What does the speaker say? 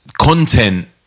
content